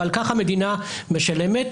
ועל כך המדינה משלמת,